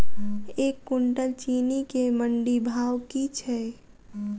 एक कुनटल चीनी केँ मंडी भाउ की छै?